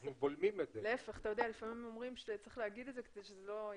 לפעמים אומר שצריך להגיד את זה כדי שזה לא יקרה.